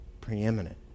preeminent